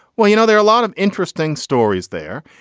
well you know there are a lot of interesting stories there.